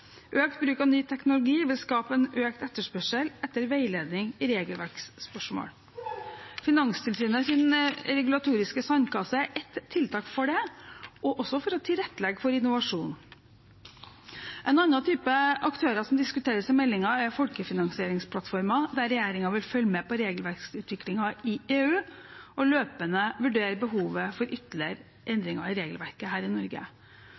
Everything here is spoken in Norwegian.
Økt bruk av ny teknologi vil skape økt etterspørsel etter veiledning i regelverksspørsmål. Finanstilsynets regulatoriske sandkasse er ett tiltak for dette og også for å tilrettelegge for innovasjon. En annen type aktører som diskuteres i meldingen, er folkefinansieringsplattformer, der regjeringen vil følge med på regelverksutviklingen i EU og løpende vurdere behovet for ytterligere endringer i regelverket her i Norge.